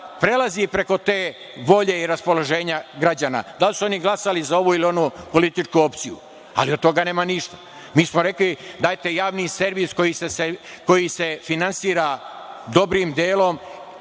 prelazi preko te volje i raspoloženja građana, da li su oni glasali za ovu ili onu političku opciju, ali od toga nema ništa. Mi smo rekli – dajte Javni servis koji se finansira dobrim delom